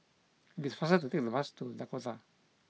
it is faster to take the bus to Dakota